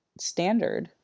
standard